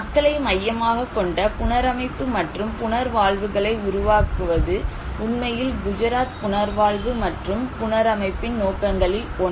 மக்களை மையமாகக் கொண்ட புனரமைப்பு மற்றும் புனர்வாழ்வுகளை உருவாக்குவது உண்மையில் குஜராத் புனர்வாழ்வு மற்றும் புனரமைப்பின் நோக்கங்களில் ஒன்று